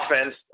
offense